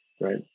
right